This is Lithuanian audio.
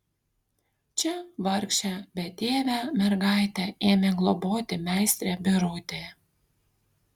čia vargšę betėvę mergaitę ėmė globoti meistrė birutė